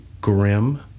grim